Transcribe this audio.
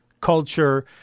culture